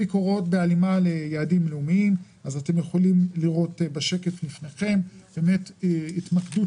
אתם יכולים לראות בשקף שלפניכם את ההתמקדות